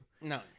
No